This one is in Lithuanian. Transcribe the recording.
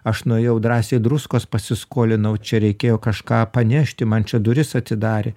aš nuėjau drąsiai druskos pasiskolinau čia reikėjo kažką panešti man čia duris atidarė